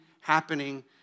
happening